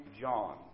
John